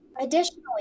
Additionally